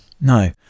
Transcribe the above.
No